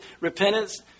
repentance